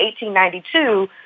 1892